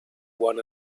one